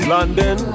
London